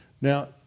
Now